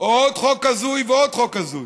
עוד חוק הזוי ועוד חוק הזוי,